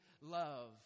love